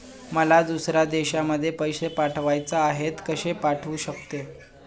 मला दुसऱ्या देशामध्ये पैसे पाठवायचे आहेत कसे पाठवू शकते?